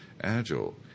agile